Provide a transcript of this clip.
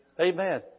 Amen